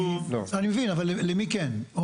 אני מבין, אבל למי כן?